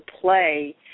play